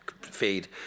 feed